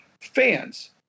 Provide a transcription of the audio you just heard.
fans